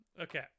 Okay